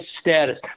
status